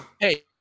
Hey